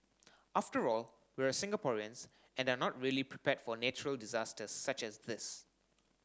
after all we're Singaporeans and are not really prepared for natural disasters such as this